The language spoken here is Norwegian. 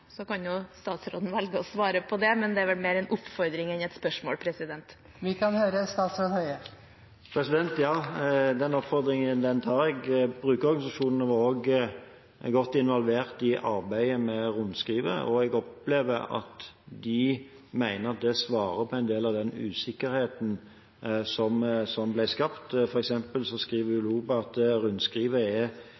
svare på det, men det er vel mer en oppfordring enn et spørsmål. Den oppfordringen tar jeg. Brukerorganisasjonene er også godt involvert i arbeidet med rundskrivet, og jeg opplever at de mener at det svarer på en del av den usikkerheten som ble skapt. For eksempel skriver